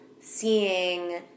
seeing